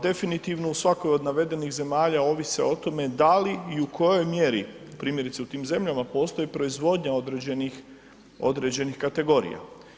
Definitivno, u svakoj od navedenih zemalja ovise o tome da li i u kojoj mjeri primjerice u tim zemljama postoji proizvodnja određenih kategorija.